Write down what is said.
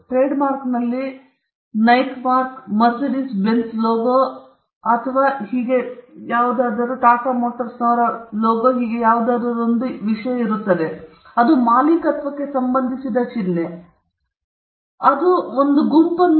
ಟ್ರೇಡ್ಮಾರ್ಕ್ನಲ್ಲಿ Nike mark ಅಥವಾ Mercedes Benz logo ಅಥವಾ ಈ ಯಾವುದಾದರೊಂದು ವಿಷಯಗಳನ್ನು ಒಂದು ತಯಾರಕನಿಗೆ ಅಥವಾ ಅದರ ಮಾಲೀಕತ್ವಕ್ಕೆ ಸಂಬಂಧಿಸಿದಂತೆ ನೀವು ಚಿಹ್ನೆಯನ್ನು ಅಥವಾ ಪದಗಳ ಗುಂಪನ್ನು ಬರೆಯುವ ಹಕ್ಕು ಇದೆ